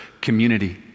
community